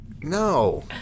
No